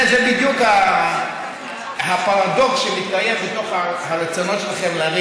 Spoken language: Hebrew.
זה בדיוק הפרדוקס שמתקיים בתוך הרצונות שלכם להביא